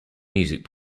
music